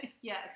Yes